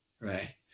right